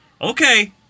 Okay